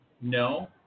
No